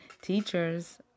Teachers